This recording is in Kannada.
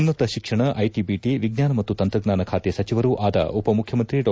ಉನ್ನತ ಶಿಕ್ಷಣ ಐಟಿ ಬಿಟಿ ವಿಜ್ಞಾನ ಮತ್ತು ತಂತ್ರಜ್ಞಾನ ಖಾತೆ ಸಚಿವರೂ ಆದ ಉಪಮುಖ್ಯಮಂತ್ರಿ ಡಾ